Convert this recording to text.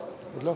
כבוד הנשיא!